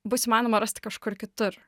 bus įmanoma rasti kažkur kitur